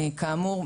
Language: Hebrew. כאמור,